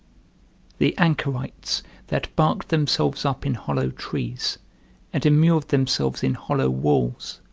the anchorites that barked themselves up in hollow trees and immured themselves in hollow walls,